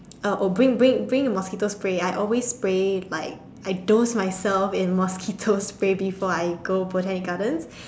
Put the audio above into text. oh oh bring bring bring your mosquito spray I always spray like I dose myself in mosquito spray before I go Botanic-Gardens